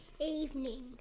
evening